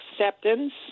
acceptance